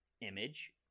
image